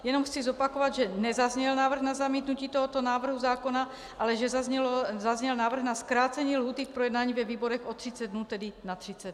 Jenom chci zopakovat, že nezazněl návrh na zamítnutí tohoto návrhu zákona, ale že zazněl návrh na zkrácení lhůty k projednání ve výborech o 30 dnů, tedy na 30 dnů.